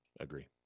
agree